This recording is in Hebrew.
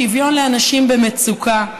שוויון לאנשים במצוקה.